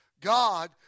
God